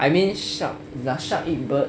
I mean shark does shark eat bird